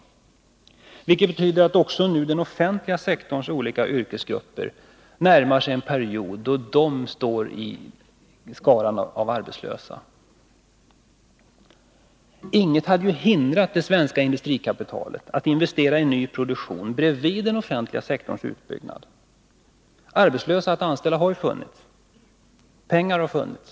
Det har lett till att vi nu närmar oss en period då också den offentliga sektorns olika yrkesgrupper kommer att tillhöra skaran av arbetslösa. Inget hade hindrat det svenska industrikapitalet att investera i nyproduktion bredvid den offentliga sektorns utbyggnad. Arbetslösa att anställa har funnits, och pengar har funnits.